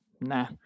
Nah